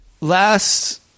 last